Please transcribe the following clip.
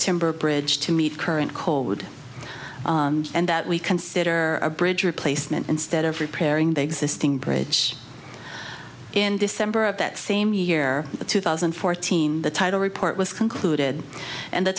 timber bridge to meet current coalwood and that we consider a bridge replacement instead of repairing the existing bridge in december of that same year two thousand and fourteen the title report was concluded and the